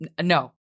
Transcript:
no